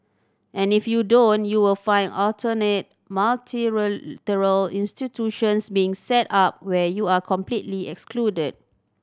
and if you don't you will find alternate multilateral institutions being set up where you are completely excluded